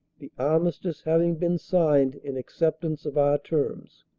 the armistice having been signed in acceptance of our terms,